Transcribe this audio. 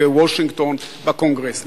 בוושינגטון, בקונגרס.